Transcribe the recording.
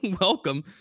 welcome